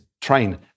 train